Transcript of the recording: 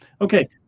Okay